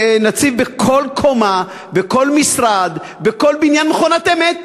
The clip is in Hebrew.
נציב בכל קומה, בכל משרד, בכל בניין, מכונת אמת.